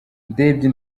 ndebye